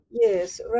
Yes